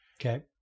Okay